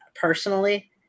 personally